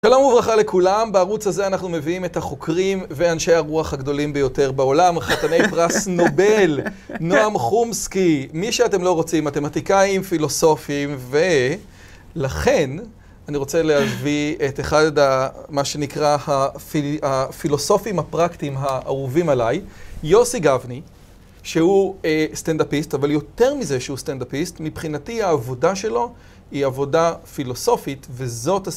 שלום וברכה לכולם, בערוץ הזה אנחנו מביאים את החוקרים ואנשי הרוח הגדולים ביותר בעולם, חתני פרס נובל, נועם חומסקי, מי שאתם לא רוצים, מתמטיקאים, פילוסופים, ולכן אני רוצה להביא את אחד ה... מה שנקרא הפילוסופים הפרקטיים האהובים עליי, יוסי גבני, שהוא סטנדאפיסט, אבל יותר מזה שהוא סטנדאפיסט, מבחינתי העבודה שלו היא עבודה פילוסופית, וזאת הס...